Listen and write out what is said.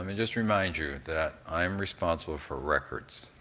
um and so remind you that i am responsible for records.